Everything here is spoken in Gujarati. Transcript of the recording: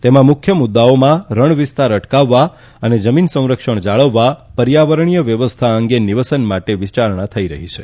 તેમાં મુખ્ય મુદૃઓમાં રણ વિસ્તાર અટકાવવા અને જમીન સંરક્ષણ જાળવવા પર્યાવરણીય વ્યવસ્થા અંગે નિવસન માટે વિચારણા થઈ રહી છે